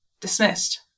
dismissed